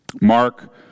Mark